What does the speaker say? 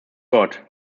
wort